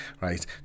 right